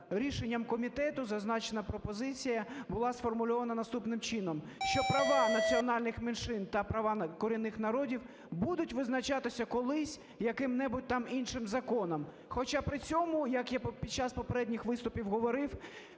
рішенням комітету зазначена пропозиція була сформульована наступним чином, що права національних меншин та права корінних народів будуть визначатися колись, яким-небудь там іншим законом. Хоча при цьому, як я під час попередніх виступів говорив,